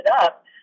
up